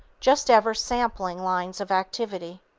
just ever sampling lines of activity.